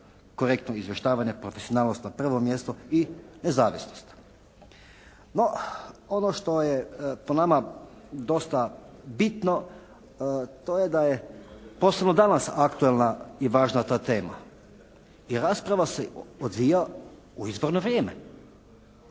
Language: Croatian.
korektno izvještavanje, profesionalnost na prvom mjestu i nezavisnost. No, ono što je po nama dosta bitno, to je da je poslodavac aktualna i važna ta tema i rasprava se odvija u izborno vrijeme.